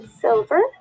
silver